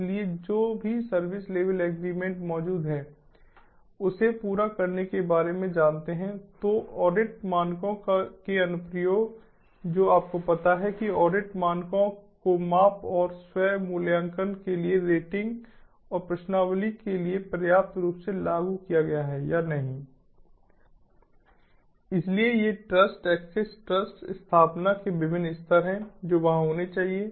इसलिए जो भी सर्विस लेवल एग्रीमेंट मौजूद है उसे पूरा करने के बारे में जानते हैं तो ऑडिट मानकों के अनुप्रयोग जो आपको पता हैं कि ऑडिट मानकों को माप और स्व मूल्यांकन के लिए रेटिंग और प्रश्नावली के लिए पर्याप्त रूप से लागू किया गया है या नहीं इसलिए ये ट्रस्ट एक्सेस ट्रस्ट स्थापना के विभिन्न स्तर हैं जो वहां होने चाहिए